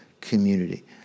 community